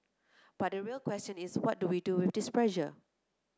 but the real question is what do we do this pressure